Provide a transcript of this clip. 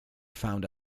found